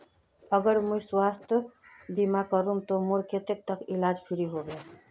अगर मुई स्वास्थ्य बीमा करूम ते मोर कतेक तक इलाज फ्री होबे?